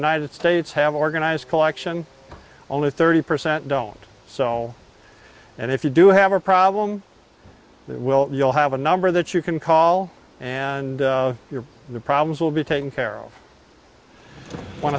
united states have organized collection only thirty percent don't so and if you do have a problem we'll you'll have a number that you can call and you're the problems will be taken care of